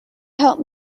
help